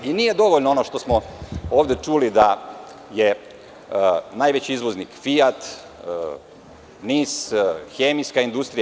Nije dovoljno ono što smo ovde čuli da je najveći izvoznik „Fijat“, NIS, hemijska industrija.